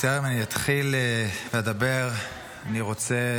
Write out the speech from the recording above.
בטרם אני אתחיל לדבר, אני רוצה